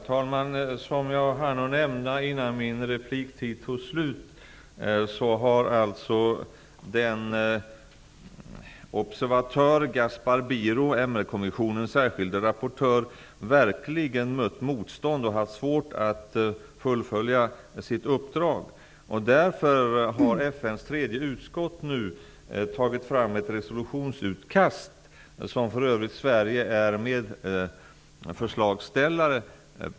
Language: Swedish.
Herr talman! Som jag hann nämna innan min repliktid tog slut har MR-kommissionens särskilde rapportör Gaspar Biro verkligen mött motstånd och haft svårt att fullfölja sitt uppdrag. Därför har FN:s tredje utskott nu tagit fram ett resolutionsutkast. För övrigt återfinns Sverige bland förslagsställarna.